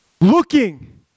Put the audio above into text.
looking